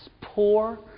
poor